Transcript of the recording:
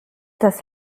das